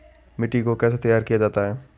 मिट्टी को कैसे तैयार किया जाता है?